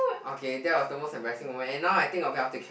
okay that was the most embarrassing moment and now I think of it I will take it